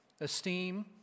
esteem